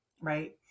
right